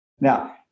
Now